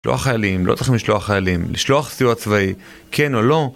לשלוח חיילים, לא צריכים לשלוח חיילים, לשלוח סיוע צבאי, כן או לא.